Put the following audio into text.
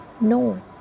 No